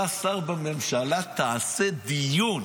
אתה שר בממשלה, תעשה דיון.